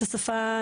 השפה.